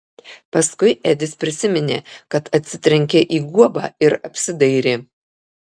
paskui edis prisiminė kad atsitrenkė į guobą ir apsidairė